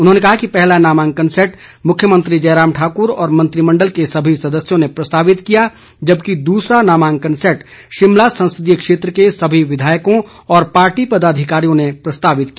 उन्होंने कहा कि पहला नामांकन सैट मुख्यमंत्री जयराम ठाकुर और मंत्रिमंडल के सभी सदस्यों ने प्रस्तावित किया जबकि दूसरा नामांकन सैट शिमला संसदीय क्षेत्र के सभी विधायकों व पार्टी पदाधिकारियों ने प्रस्तावित किया